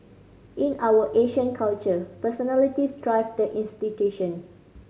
in our Asian culture personalities drive the institution